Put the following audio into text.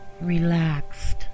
relaxed